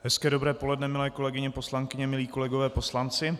Hezké dobré poledne, milé kolegyně poslankyně, milí kolegové poslanci.